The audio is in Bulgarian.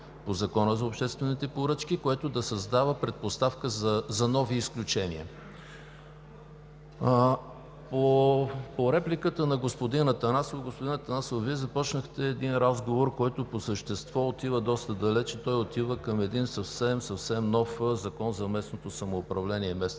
по Закона за обществените поръчки, което да създава предпоставка за нови изключения. По репликата на господин Атанасов. Господин Атанасов, Вие започнахте разговор, който по същество отива доста далеч. Той отива към съвсем, съвсем нов закон за местното самоуправление и местната